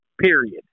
period